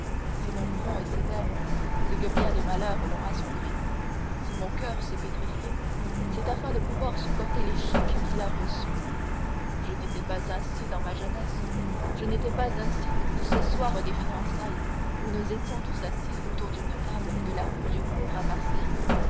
si mon front est sévère c'est que bien des malheurs l'ont assombri si mon coeur s'est pétrifié c'est afin de pouvoir supporter les chocs qu'il a reçus je n'étais pas ainsi dans ma jeunesse je n'étais pas ainsi ce soir des fiançailles où nous étions tous assis autour d'une table de la rue du cours à marseille